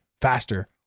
faster